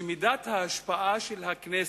אני חושב שמידת ההשפעה של הכנסת,